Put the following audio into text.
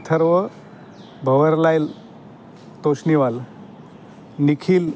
Atharva Bhanwarlal Toshniwal Nikhil